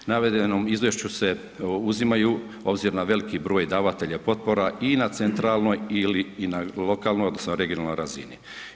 U navedenom izvješću se uzimaju obzirom na veliki broj davatelja potpora i na centralnoj ili i na lokalnoj odnosno regionalnoj razini.